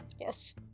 Yes